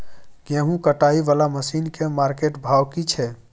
गेहूं कटाई वाला मसीन के मार्केट भाव की छै?